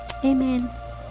Amen